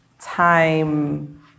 time